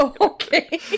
Okay